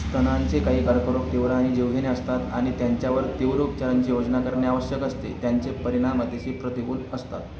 स्तनांचे काही कर्करोग तीव्र आणि जीवघेणे असतात आणि त्यांच्यावर तीव्र उपचारांची योजना करणे आवश्यक असते त्यांचे परिणाम अतिशय प्रतिकूल असतात